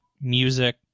music